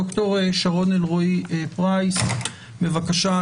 ד"ר שרון אלרעי-פרייס, בבקשה.